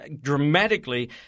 dramatically